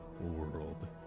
world